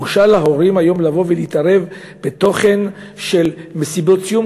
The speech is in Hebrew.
בושה להורים היום לבוא ולהתערב בתוכן של מסיבות סיום,